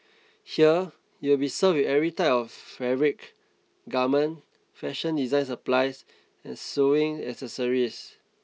here you will be served with every type of fabric garment fashion design supplies and sewing accessories